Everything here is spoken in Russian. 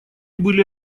были